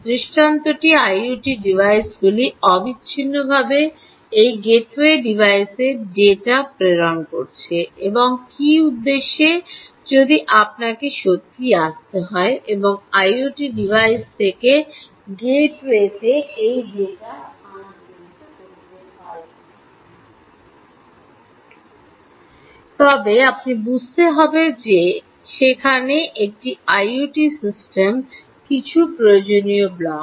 দৃষ্টান্তটি IoT ডিভাইসগুলি অবিচ্ছিন্নভাবে এই গেটওয়ে ডিভাইসে ডেটা প্রেরণ করছে এবং কী উদ্দেশ্যে যদি আপনাকে সত্যিই আসতে হয় এবং আইওটি ডিভাইসগুলি থেকে গেটওয়েতে এই ডেটা স্থানান্তরিত হয় তবে আপনি বুঝতে হবে যে সেখানে একটি আইওটি সিস্টেমে কিছু প্রয়োজনীয় ব্লক